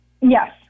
Yes